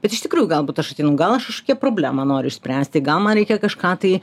bet iš tikrųjų galbūt aš ateinu gal aš kažkokią problemą noriu išspręsti gal man reikia kažką tai